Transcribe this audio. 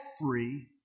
free